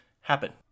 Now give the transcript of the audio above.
happen